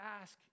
ask